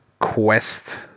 quest